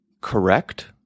correct